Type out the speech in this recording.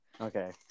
okay